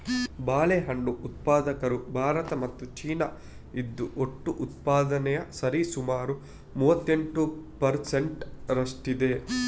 ಬಾಳೆಹಣ್ಣು ಉತ್ಪಾದಕರು ಭಾರತ ಮತ್ತು ಚೀನಾ, ಇದು ಒಟ್ಟು ಉತ್ಪಾದನೆಯ ಸರಿಸುಮಾರು ಮೂವತ್ತೆಂಟು ಪರ್ ಸೆಂಟ್ ರಷ್ಟಿದೆ